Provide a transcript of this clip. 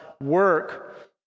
work